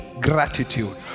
gratitude